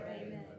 amen